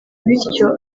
bityo